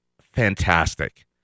fantastic